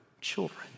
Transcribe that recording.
children